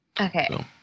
Okay